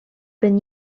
been